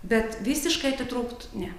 bet visiškai atitrūkt ne